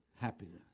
happiness